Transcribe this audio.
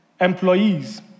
Employees